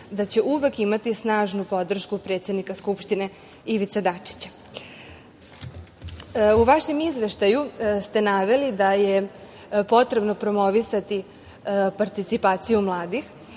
da će uvek imati snažnu podršku predsednika Skupštine Ivice Dačića.U vašem izveštaju ste naveli da je potrebno promovisati participaciju mladih